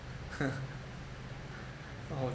!huh! oh